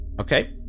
Okay